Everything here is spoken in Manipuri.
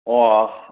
ꯑꯣ